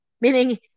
meaning